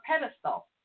pedestal